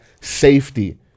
safety